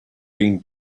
been